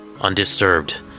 undisturbed